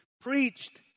preached